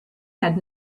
had